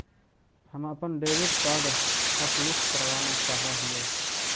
हम अपन debit card hotlist करावाना चाहा हियई